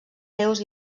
déus